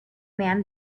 man